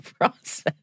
process